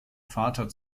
vater